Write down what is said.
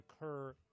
occur